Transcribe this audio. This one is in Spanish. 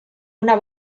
una